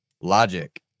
logic